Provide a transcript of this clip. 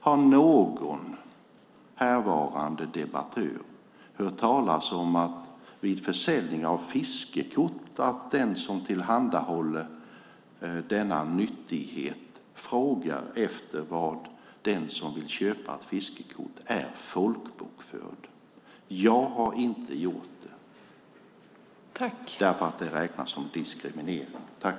Har någon härvarande debattör hört talas om att den som tillhandahåller denna nyttighet vid försäljning av fiskekort frågar efter var den som vill köpa ett fiskekort är folkbokförd? Jag har inte gjort det. Det räknas som diskriminering.